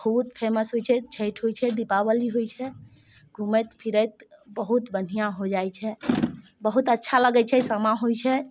बहुत फेमस होइ छै छठि होइ छै दीपावली होइ छै घूमैत फिरैत बहुत बढ़िआँ हो जाइ छै बहुत अच्छा लगै छै सामा होइ छै